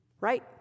Right